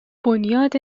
بنیاد